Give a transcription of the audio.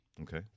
Okay